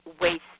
waste